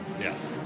Yes